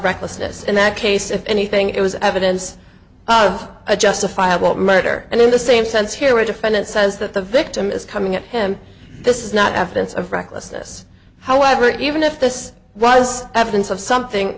recklessness in that case if anything it was evidence of a justifiable murder and in the same sense here a defendant says that the victim is coming at him this is not evidence of recklessness however even if this was evidence of something